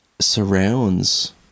surrounds